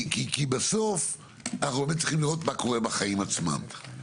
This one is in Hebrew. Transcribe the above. אנחנו עדיין צריכים לראות מהקורה בחיים עצמם.